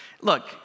Look